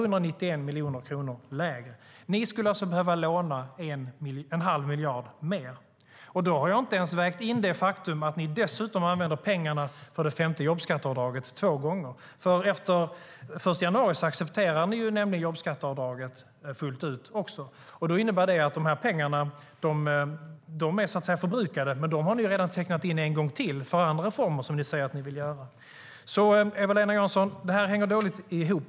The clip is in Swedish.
Ni skulle alltså behöva låna en halv miljard mer. Då har jag inte ens vägt in det faktum att ni dessutom använder pengarna för det femte jobbskatteavdraget två gånger. Efter den 1 januari accepterar ni jobbskatteavdraget fullt ut, vilket innebär att dessa pengar är förbrukade. Men dem har ni redan tecknat in en gång för andra reformer som ni säger att ni vill göra. Eva-Lena Jansson! Detta hänger dåligt ihop.